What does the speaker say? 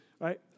right